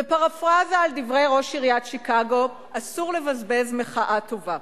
בפרפראזה על דברי ראש עיריית שיקגו: אסור לבזבז מחאה טובה,